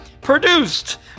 Produced